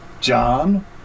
john